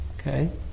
Okay